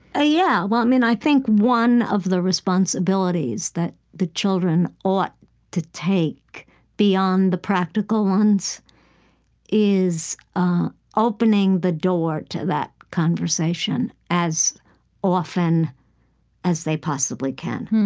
yeah. well, i mean, i think one of the responsibilities that the children ought to take beyond the practical ones is ah opening the door to that conversation as often as they possibly can.